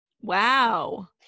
Wow